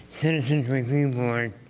citizens review board